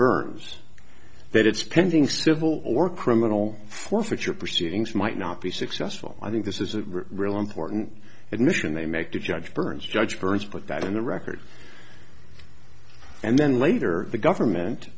burns that it spending civil or criminal forfeiture proceedings might not be successful i think this is a really important admission they make to judge byrnes judge burns put that in the record and then later the government